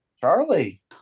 Charlie